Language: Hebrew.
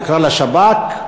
נקרא לשב"כ,